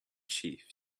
chief